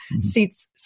seats